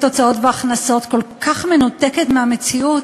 הוצאות והכנסות כל כך מנותקת מהמציאות.